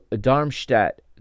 Darmstadt